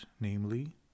namely